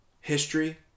history